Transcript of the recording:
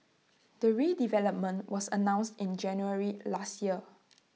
the redevelopment was announced in January last year